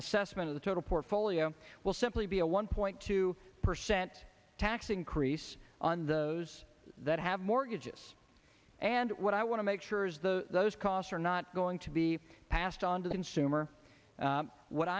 assessment of the total portfolio will simply be a one point two percent tax increase on those that have mortgages and what i want to make sure is the those costs are not going to be passed on to the consumer what